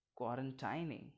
quarantining